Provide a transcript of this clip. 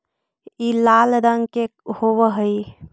ई लाल रंग के होब हई